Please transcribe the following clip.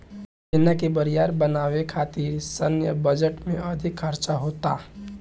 सेना के बरियार बनावे खातिर सैन्य बजट में अधिक खर्चा होता